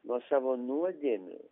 nuo savo nuodėmių